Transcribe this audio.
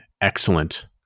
excellent